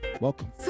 welcome